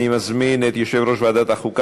אני מזמין את יושב-ראש ועדת החוקה,